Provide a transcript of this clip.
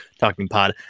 talkingpod